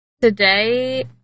today